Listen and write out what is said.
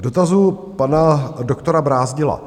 K dotazu pana doktora Brázdila.